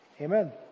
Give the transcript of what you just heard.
Amen